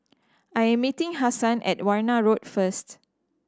I am meeting Hassan at Warna Road first